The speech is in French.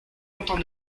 content